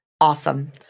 Awesome